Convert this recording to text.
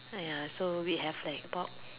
!aiya! so we have like about